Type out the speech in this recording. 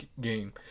game